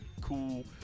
cool